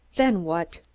then what?